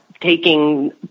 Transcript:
taking